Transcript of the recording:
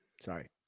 Sorry